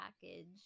package